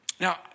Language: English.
Now